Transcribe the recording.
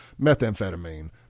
methamphetamine